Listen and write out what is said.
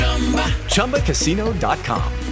Chumbacasino.com